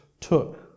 took